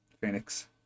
Phoenix